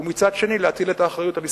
ומצד שני להטיל את האחריות על ישראל.